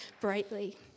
brightly